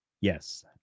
Yes